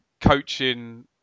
coaching